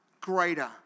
greater